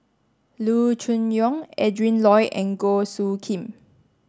Loo Choon Yong Adrin Loi and Goh Soo Khim